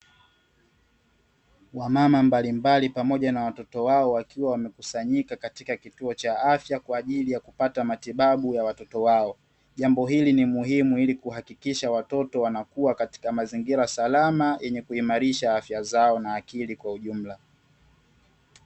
Wamama mbalimbali pamoja na watoto wao wakiwa wamekusanyika katika kituo cha afya kwa ajili ya kupata matibabu ya watoto wao. Jambo hili ni muhimu ili kuhakikisha watoto wanakuwa katika mazingira salama, yenye kuimarisha afya zao na akili kwa ujumla.